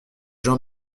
jean